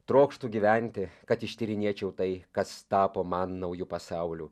trokštu gyventi kad ištyrinėčiau tai kas tapo man nauju pasauliu